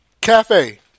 Cafe